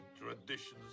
traditions